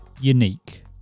unique